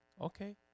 Okay